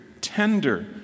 tender